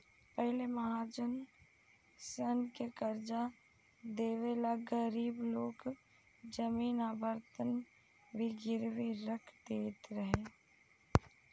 पहिले महाजन सन से कर्जा लेवे ला गरीब लोग जमीन आ बर्तन भी गिरवी रख देत रहे